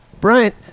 bryant